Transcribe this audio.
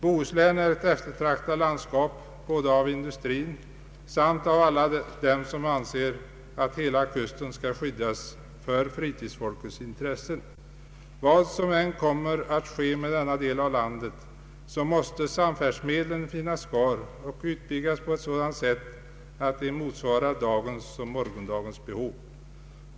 Bohuslän är ett eftertraktat landskap både av industrin och av alla dem som anser att hela kusten bör skyddas av hänsyn till fritidsfolkets intressen. Vad som än kommer att ske med denna del av landet, måste samfärdsmedlen finnas kvar och utbyggas på ett sådant sätt att de motsvarar dagens och morgondagens behov.